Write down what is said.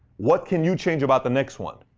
what can you change about the next one?